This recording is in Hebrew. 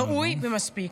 ראוי מספיק,